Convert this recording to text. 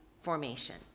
formation